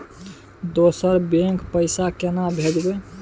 दोसर बैंक पैसा केना भेजबै?